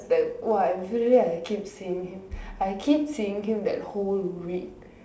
that !wah! everyday I keep seeing him I keep seeing him that whole week